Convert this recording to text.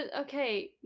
Okay